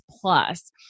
Plus